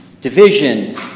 division